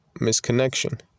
misconnection